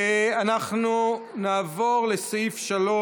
הוא משקר כמו שהוא נושם.